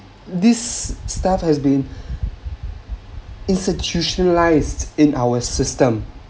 this stuff has been institutionalised in our system